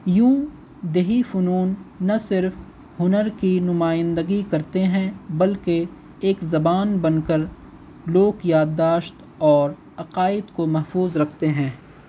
یوں دیہی فنون نہ صرف ہنر کی نمائندگی کرتے ہیں بلکہ ایک زبان بن کر لوک یادداشت اور عقائد کو محفوظ رکھتے ہیں